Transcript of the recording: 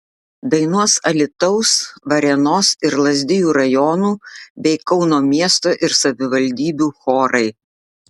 dainuos alytaus varėnos ir lazdijų rajonų bei kauno miesto ir savivaldybių chorai